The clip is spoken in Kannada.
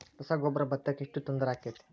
ರಸಗೊಬ್ಬರ, ಭತ್ತಕ್ಕ ಎಷ್ಟ ತೊಂದರೆ ಆಕ್ಕೆತಿ?